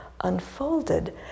unfolded